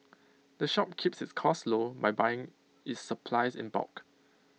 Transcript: the shop keeps its costs low by buying its supplies in bulk